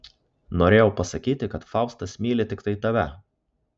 norėjau pasakyti kad faustas myli tiktai tave